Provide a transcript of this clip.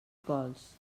cols